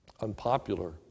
unpopular